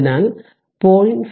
അതിനാൽ 0